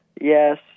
Yes